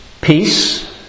peace